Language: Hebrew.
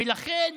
ולכן